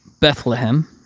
Bethlehem